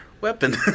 weapon